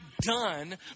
done